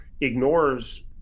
ignores